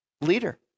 leader